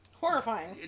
Horrifying